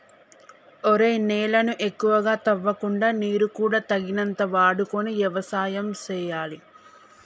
ఒరేయ్ నేలను ఎక్కువగా తవ్వకుండా నీరు కూడా తగినంత వాడుకొని యవసాయం సేయాలి